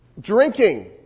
Drinking